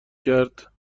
کرد